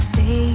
Say